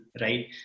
right